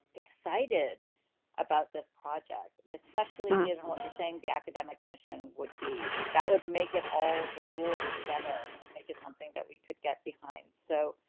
excited about this project, especially given what you're saying the academic mission would be that would make it all just rule together and make it something that we could get behind. so.